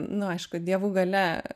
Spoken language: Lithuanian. nu aišku dievų galia